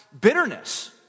bitterness